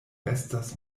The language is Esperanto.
estas